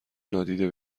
نادیده